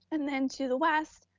and then to the west,